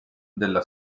della